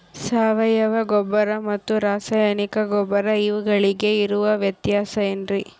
ಸಾವಯವ ಗೊಬ್ಬರ ಮತ್ತು ರಾಸಾಯನಿಕ ಗೊಬ್ಬರ ಇವುಗಳಿಗೆ ಇರುವ ವ್ಯತ್ಯಾಸ ಏನ್ರಿ?